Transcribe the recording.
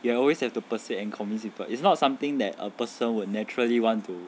you always have to persuade and convince people it's not something that a person will naturally want to